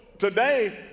Today